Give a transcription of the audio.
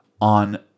on